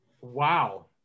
Wow